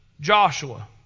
Joshua